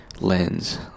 lens